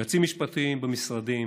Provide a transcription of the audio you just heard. יועצים משפטיים במשרדים,